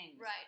right